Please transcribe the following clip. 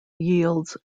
yields